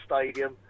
stadium